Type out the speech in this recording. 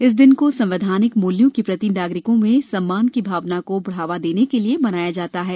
इस दिन को संवैधानिक मूल्यों के प्रति नागरिकों में सम्मान की भावना को बढ़ावा देने के लिए मनाया जाता है